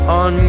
on